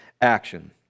action